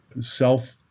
self